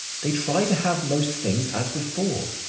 they try to have most things as before.